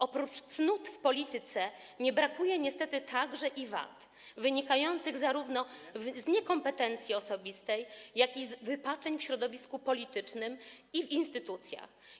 Oprócz cnót w polityce nie brakuje niestety także wad wynikających zarówno z niekompetencji osobistej, jak i z wypaczeń w środowisku politycznym i instytucjach.